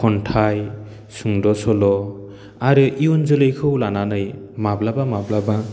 खन्थाइ सुंद' सल' आरो इयुन जोलैखौ लानानै माब्लाबा माब्लाबा